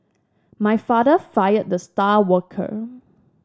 my father fired the star worker